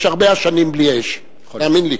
יש הרבה עשנים בלי אש, תאמין לי.